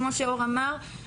כמו שאור אמר,